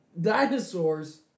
Dinosaurs